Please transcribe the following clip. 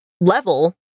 level